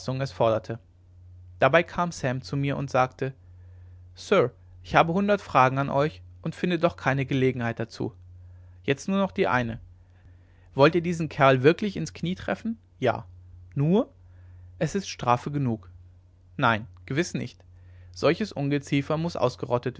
dabei kam sam zu mir und sagte sir ich habe hundert fragen an euch und finde doch keine gelegenheit dazu jetzt nur die eine wollt ihr diesen kerl wirklich in das knie treffen ja nur es ist das strafe genug nein gewiß nicht solches ungeziefer muß ausgerottet